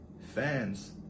fans